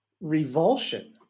revulsion